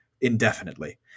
indefinitely